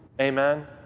Amen